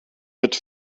mit